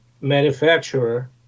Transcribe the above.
manufacturer